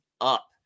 up